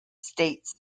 states